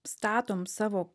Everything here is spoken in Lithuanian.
statom savo